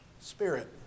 spirit